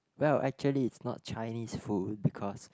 well actually is not Chinese food because